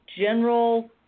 general